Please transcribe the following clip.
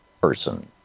person